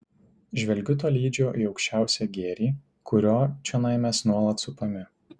žvelgiu tolydžio į aukščiausią gėrį kurio čionai mes nuolat supami